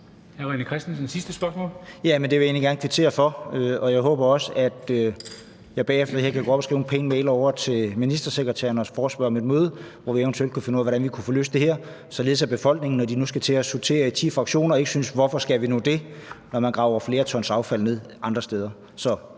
egentlig gerne kvittere for, og jeg håber også, at jeg bagefter det her kan gå op og skrive en pæn mail til ministersekretæren og forespørge om et møde, hvor vi eventuelt kan finde ud af, hvordan vi kan få løst det her, således at befolkningen, når vi nu skal til at sortere i ti fraktioner, ikke undrer sig over, hvorfor vi nu skal det, når man graver flere tons affald ned andre steder.